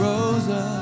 Rosa